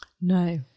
no